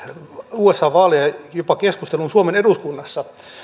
usan vaaleja jopa keskusteluun suomen eduskunnassa